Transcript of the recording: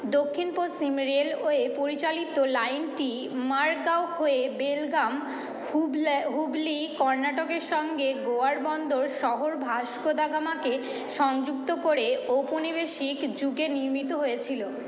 দক্ষিণ পশ্চিম রেলওয়ে পরিচালিত লাইনটি মারগাঁও হয়ে বেলগাম হুবলে হুবলি কর্ণাটকের সঙ্গে গোয়ার বন্দর শহর ভাস্কো দা গামাকে সংযুক্ত করে ঔপনিবেশিক যুগে নির্মিত হয়েছিলো